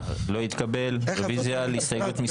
6,